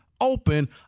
open